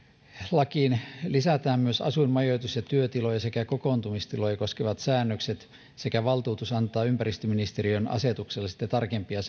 lakiin lisätään myös asuin majoitus ja työtiloja sekä kokoontumistiloja koskevat säännökset sekä valtuutus antaa ympäristöministeriön asetuksella sitten tarkempia